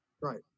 Right